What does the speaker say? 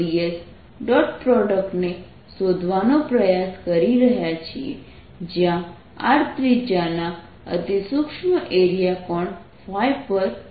dS dot પ્રોડક્ટને શોધવાનો પ્રયાસ કરી રહ્યા છીએ જ્યાં r ત્રિજ્યાના અતિ સૂક્ષ્મ એરિયા કોણ પર છે